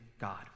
God